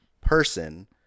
person